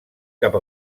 cap